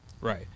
Right